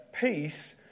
Peace